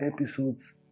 episodes